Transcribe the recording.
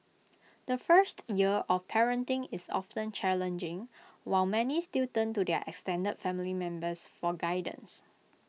the first year of parenting is often challenging while many still turn to their extended family members for guidance